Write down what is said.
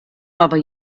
aber